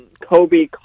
Kobe